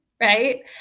right